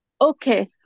Okay